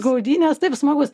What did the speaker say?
gaudynės taip smagus